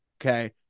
okay